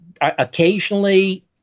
occasionally